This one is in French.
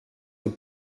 aux